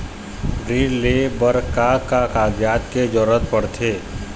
ऋण ले बर का का कागजात के जरूरत पड़थे?